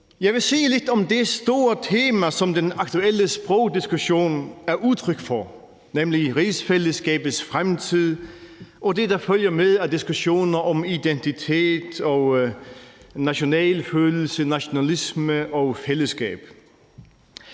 Jeg vil sige lidt om det store tema, som den aktuelle sprogdiskussion er udtryk for, nemlig rigsfællesskabets fremtid og det, der følger med af diskussioner om identitet og nationalfølelse, nationalisme og fællesskab.